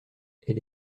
elle